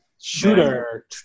Shooter